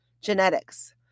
Genetics